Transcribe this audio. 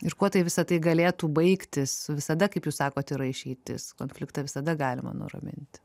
ir kuo tai visa tai galėtų baigtis visada kaip jūs sakot yra išeitis konfliktą visada galima nuramint